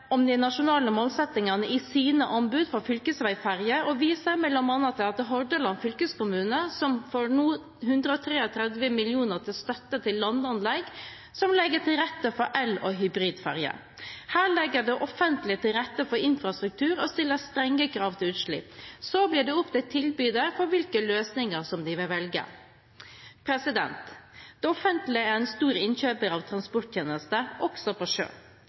de nasjonale målsettingene i sine anbud for fylkesvegferjer, og viser bl.a. til Hordaland fylkeskommune, som nå får 133 mill. kr i støtte til landanlegg som legger til rette for el- og hybridferjer. Her legger det offentlige til rette for infrastruktur og stiller strenge krav til utslipp. Så blir det opp til tilbyder hvilke løsninger de vil velge. Det offentlige er en stor innkjøper av transporttjenester, også på sjø.